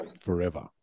forever